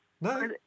No